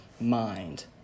mind